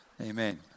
amen